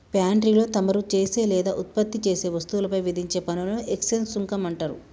పాన్ట్రీలో తమరు చేసే లేదా ఉత్పత్తి చేసే వస్తువులపై విధించే పనులను ఎక్స్చేంజ్ సుంకం అంటారు